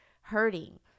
hurting